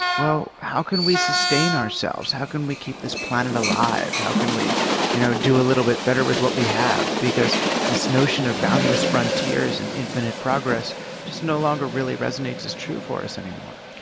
well, how can we sustain ourselves, how can we keep this planet alive, how can we you know do a little bit better with what we have. because this notion of boundless frontiers and infinite progress just no longer really resonates as true for us any more.